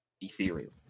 ethereal